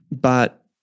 but-